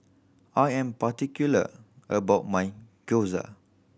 I am particular about my Gyoza